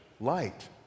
light